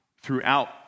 throughout